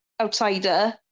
outsider